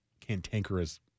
cantankerous